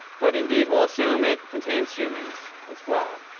but indeed, we'll assume it contains humans as well.